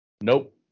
nope